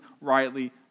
rightly